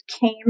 came